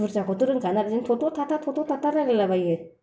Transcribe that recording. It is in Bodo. बुरजाखौथ' रोंखाया ना बिदिनो थ' थ' था था थ' थ' था था रायलायलाबायो